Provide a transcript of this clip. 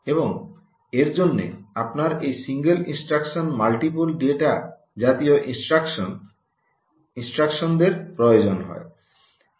এবং এর জন্য আপনার এই সিঙ্গেল ইনস্ট্রাকশন মাল্টিপল ডেটা জাতীয় ইন্সট্রাকশন এর প্রয়োজন হয়